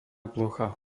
plocha